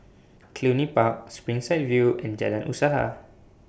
Cluny Park Springside View and Jalan Usaha